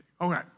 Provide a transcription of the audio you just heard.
okay